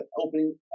opening